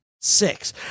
six